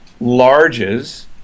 larges